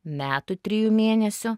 metų trijų mėnesių